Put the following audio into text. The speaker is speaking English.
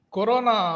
Corona